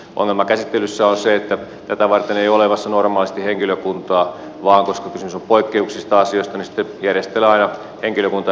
ongelma käsittelyssä on se että tätä varten ei ole olemassa normaalisti henkilökuntaa vaan koska kysymys on poikkeuksellisista asioista niin sitten järjestellään aina henkilökuntaa näitä käsittelemään